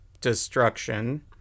Destruction